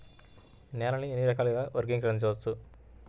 నేలని ఎన్ని రకాలుగా వర్గీకరించవచ్చు?